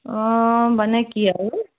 অঁ মানে কি আৰু